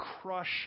crush